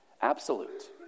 Absolute